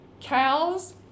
cows